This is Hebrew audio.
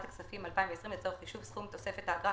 הכספים 2020 לצורך חישוב סכום תוספת האגרה,